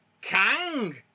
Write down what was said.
Kang